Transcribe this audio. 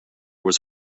was